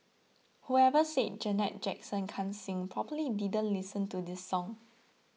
whoever said Janet Jackson can't sing probably didn't listen to this song